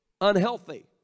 unhealthy